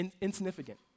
insignificant